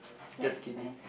just kidding